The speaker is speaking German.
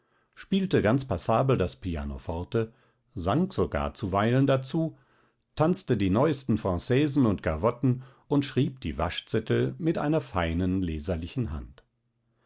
spielte ganz passabel das pianoforte sang sogar zuweilen dazu tanzte die neuesten franaisen und gavotten und schrieb die waschzettel mit einer feinen leserlichen hand